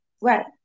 Right